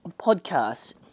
podcast